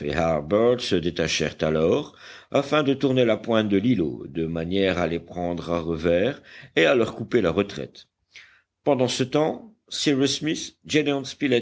se détachèrent alors afin de tourner la pointe de l'îlot de manière à les prendre à revers et à leur couper la retraite pendant ce temps cyrus smith